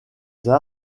beaux